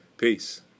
Peace